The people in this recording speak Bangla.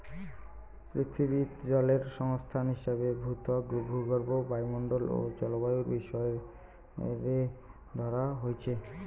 পিথীবিত জলের সংস্থান হিসাবে ভূত্বক, ভূগর্ভ, বায়ুমণ্ডল ও জলবায়ুর বিষয় রে ধরা হইচে